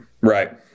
Right